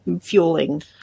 fueling